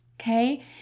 Okay